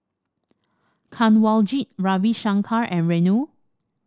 Kanwaljit Ravi Shankar and Renu